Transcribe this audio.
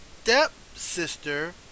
stepsister